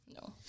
No